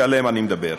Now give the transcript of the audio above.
שעליהם אני מדבר.